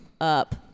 up